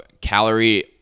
calorie